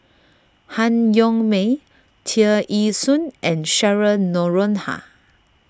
Han Yong May Tear Ee Soon and Cheryl Noronha